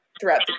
throughout